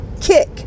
kick